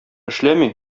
эшләми